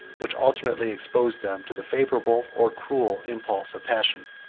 which alternately exposed them to the favorable or cruel impulse of passion.